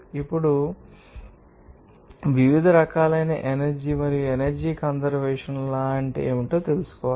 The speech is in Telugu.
ఇప్పుడు వివిధ రకాలైన ఎనర్జీ మరియు ఎనర్జీ కంజర్వేషన్ లా ఏమిటో మనం తెలుసుకోవాలి